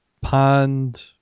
pond